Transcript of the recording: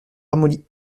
ramolli